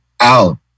out